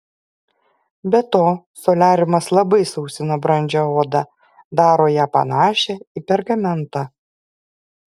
be to soliariumas labai sausina brandžią odą daro ją panašią į pergamentą